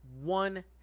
one